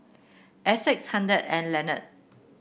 Essex Haden and Lenard